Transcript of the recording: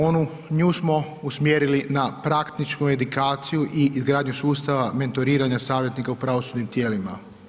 Onu, nju smo usmjerili na praktičku edukaciju i izgradnju sustava mentoriranja savjetnika u pravosudnim tijelima.